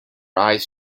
eyes